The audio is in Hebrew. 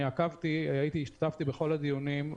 אני השתתפתי בכל הדיונים.